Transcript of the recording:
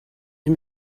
neu